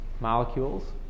molecules